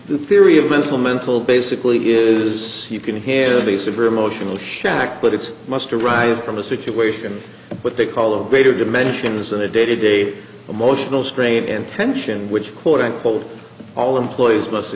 the theory of mental mental basically is you can handle the severe emotional shacked but it's must arrive from a situation what they call a greater dimensions in a day to day emotional strain and tension which quote unquote all employees must